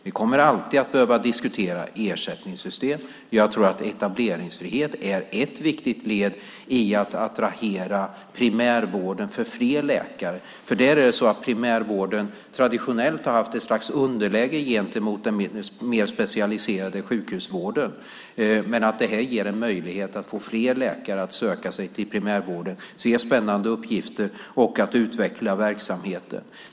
Vi kommer alltid att behöva diskutera ersättningssystem, men jag tror att etableringsfrihet är ett viktigt led i att attrahera fler läkare till primärvården. Primärvården har nämligen traditionellt haft ett slags underläge gentemot den mer specialiserade sjukhusvården. Men detta ger en möjlighet att få fler läkare att söka sig till primärvården, se spännande uppgifter och utveckla verksamheter.